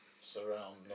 surround